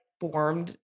formed